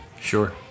Sure